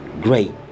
great